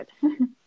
good